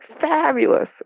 fabulous